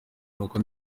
nuko